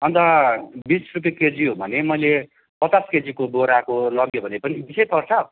अन्त बिस रुपियाँ केजी हो भने मैले पचास केजीको बोराको लगेँ भने पनि बिसै पर्छ